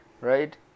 right